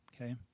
okay